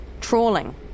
Trawling